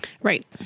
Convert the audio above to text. Right